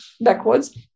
backwards